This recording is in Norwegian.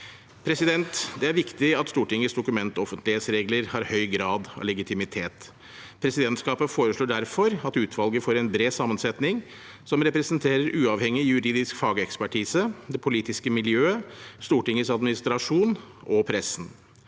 som i dag. Det er viktig at Stortingets dokumentoffentlighetsregler har høy grad av legitimitet. Presidentskapet foreslår derfor at utvalget får en bred sammensetning, som representerer uavhengig juridisk fagekspertise, det politiske miljøet, Stortingets administrasjon og pressen.